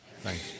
Thanks